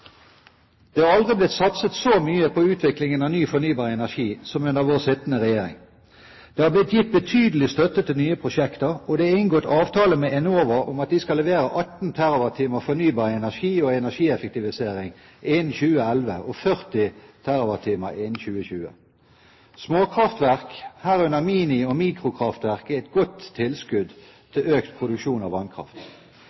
Det har aldri blitt satset så mye på utviklingen av ny fornybar energi som under vår sittende regjering. Det har blitt gitt betydelig støtte til nye prosjekter, og det er inngått avtale med Enova om at de skal levere 18 TWh fornybar energi og energieffektivisering innen 2011 og 40 TWh innen 2011. Småkraftverk, herunder mini- og mikrokraftverk, er et godt tilskudd